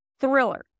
thriller